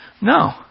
No